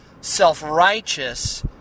self-righteous